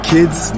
Kids